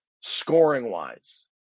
scoring-wise